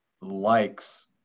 likes